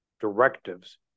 directives